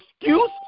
excuse